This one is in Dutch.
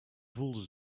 voelde